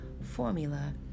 formula